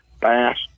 bass